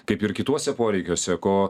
kaip ir kituose poreikiuose ko